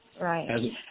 right